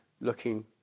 looking